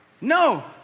No